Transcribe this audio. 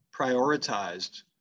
prioritized